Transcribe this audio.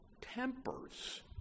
tempers